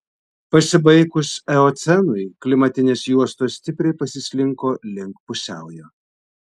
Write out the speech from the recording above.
pasibaigus eocenui klimatinės juostos stipriai pasislinko link pusiaujo